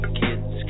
kids